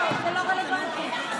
את לא נותנת לי